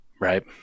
Right